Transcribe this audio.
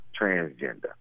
transgender